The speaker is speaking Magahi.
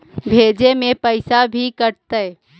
भेजे में पैसा भी कटतै?